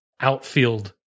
outfield